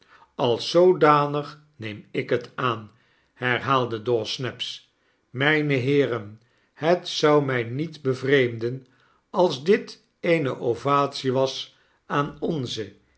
als zoodanig neem ik het aan herhaalde dawsnaps myne heeren het zou my niet'bevreemden als dit eene ovatie was aan onzen